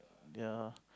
ya